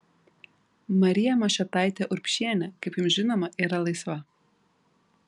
marija mašiotaitė urbšienė kaip jums žinoma yra laisva